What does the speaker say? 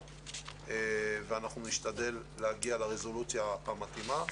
ואנחנו נשתדל להגיע לרזולוציה המתאימה.